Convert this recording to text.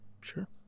Sure